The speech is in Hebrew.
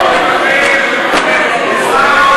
נגד ציפי לבני,